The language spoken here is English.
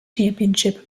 championship